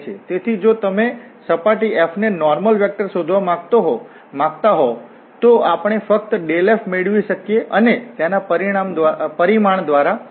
તેથી જો તમે સપાટી f ને નોર્મલ વેક્ટર શોધવા માંગતા હો તો આપણે ફક્ત ∇f મેળવી શકીએ અને તેના પરિમાણ દ્વારા વિભાજીત કરી શકીએ